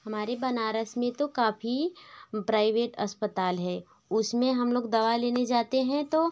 हमारे बनारस में तो काफ़ी प्राइवेट अस्पताल हैं उसमें हम लोग दवा लेने जाते हैं तो